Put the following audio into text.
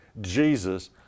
Jesus